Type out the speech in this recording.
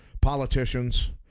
politicians